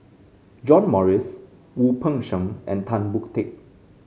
John Morrice Wu Peng Seng and Tan Boon Teik